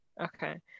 okay